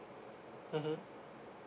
mmhmm